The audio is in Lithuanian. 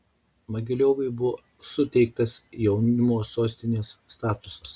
mogiliovui buvo suteiktas jaunimo sostinės statusas